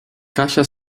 kasia